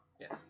Yes